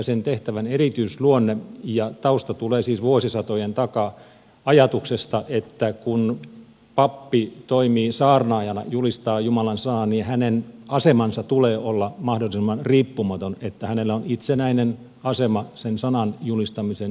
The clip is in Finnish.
sen tehtävän erityisluonne ja tausta tulee siis vuosisatojen takaa ajatuksesta että kun pappi toimii saarnaajana julistaa jumalan sanaa niin hänen asemansa tulee olla mahdollisimman riippumaton että hänellä on itsenäinen asema sen sanan julistamisen työssä